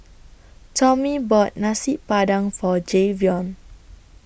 Tomie bought Nasi Padang For Jayvion